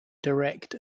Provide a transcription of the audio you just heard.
direct